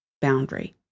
boundary